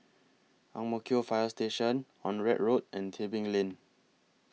Ang Mo Kio Fire Station Onraet Road and Tebing Lane